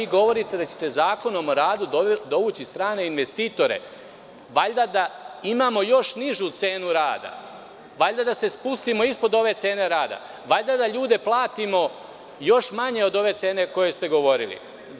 Vi govorite da ćete Zakonom o radu dovući strane investitore, valjda da imamo još nižu cenu rada, valjda da se spustimo ispod ove cene rada, valjda da ljude platimo još manje od ove cene o kojoj ste govorili.